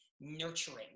nurturing